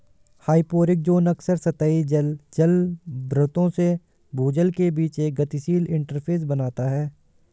hyporheic zone अक्सर सतही जल जलभृतों से भूजल के बीच एक गतिशील इंटरफ़ेस बनाता है